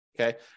okay